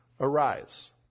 arise